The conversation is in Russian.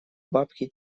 бабки